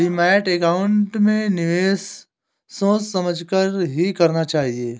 demat account में निवेश सोच समझ कर ही करना चाहिए